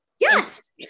Yes